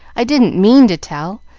i didn't mean to tell,